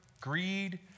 Greed